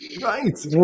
Right